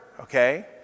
Okay